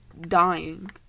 dying